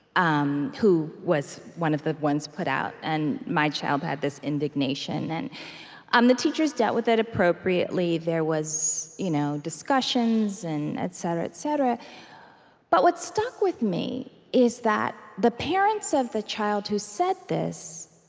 um who was one of the ones put out, and my child had this indignation. and um the teachers dealt with it appropriately there was you know discussions and etc, etc but what stuck with me is that the parents of the child who said this,